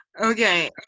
Okay